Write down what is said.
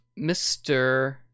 Mr